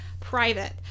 private